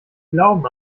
glauben